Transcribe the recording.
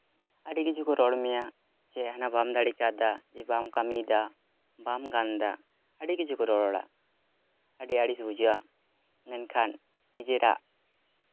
ᱟᱹᱰᱤ ᱠᱤᱪᱷᱩ ᱠᱚ ᱨᱚᱲ ᱢᱮᱭᱟ ᱥᱮ ᱦᱟᱱᱟ ᱵᱟᱢ ᱫᱟᱲᱮ ᱠᱟᱣᱫᱟ ᱡᱮ ᱵᱟᱢ ᱠᱟᱹᱢᱤᱭᱮᱫᱟ ᱵᱟᱢ ᱜᱟᱱᱫᱟ ᱟᱹᱰᱤ ᱠᱤᱪᱷᱩ ᱠᱚ ᱨᱚᱲᱟ ᱟᱹᱰᱤ ᱟᱹᱲᱤᱥ ᱵᱩᱡᱷᱟᱹᱜᱼᱟ ᱢᱮᱱᱠᱷᱟᱱ ᱱᱤᱡᱮᱨᱟᱜ